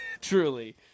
Truly